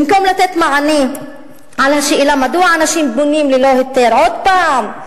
במקום לתת מענה על השאלה מדוע אנשים בונים ללא היתר עוד פעם,